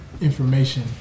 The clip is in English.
information